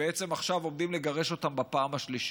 ובעצם עכשיו עומדים לגרש אותם בפעם השלישית.